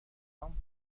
هام